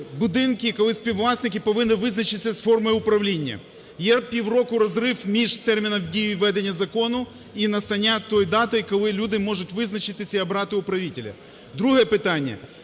будинки, коли співвласники повинні визначитися з формою управління. Є півроку розрив між терміном дії введення закону і настання тієї дати, коли люди можуть визначитися і обрати управителя. Друге питання.